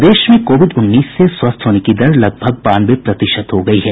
प्रदेश में कोविड उन्नीस से स्वस्थ होने की दर लगभग बानवे प्रतिशत हो गयी है